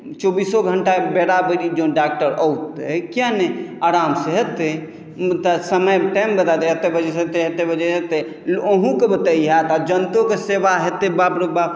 चौबीसो घण्टा बेरा बेरी जँ डॉक्टर औतै किया नहि आरामसँ हेतै मुदा समय टाइम बता दए एतेक बजेसँ एतेक एतेक बजेसँ एतेक अहूँके बतैए आओर जनतोके सेवा हेतै बाप रौ बाप